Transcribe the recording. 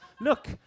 Look